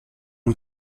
ont